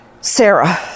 Sarah